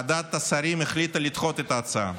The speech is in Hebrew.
ועדת השרים החליטה לדחות את ההצעה.